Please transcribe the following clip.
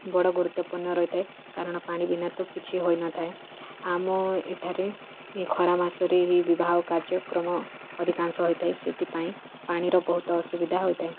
ବଡ଼ ଗୁରୁତ୍ଵପୂର୍ଣ୍ଣ ରହିଥାଏ କାରଣ ପାଣି ବିନା ତ କିଛି ହୋଇନଥାଏ ଆମ ଏଠାରେ ଖରା ମାସରେ ହିଁ ବିବାହ କାର୍ଯ୍ୟକ୍ରମ ଅଧିକାଂଶ ହୋଇଥାଏ ସେଥିପାଇଁ ପାଣିର ବହୁତ ଅସୁବିଧା ହୋଇଥାଏ